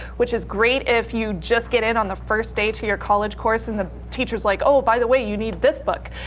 which is great if you just get it on the first day to your college course of and the teachers like, oh by the way, you need this book.